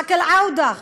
חאק אל-עאודה,